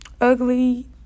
ugly